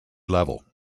level